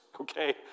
okay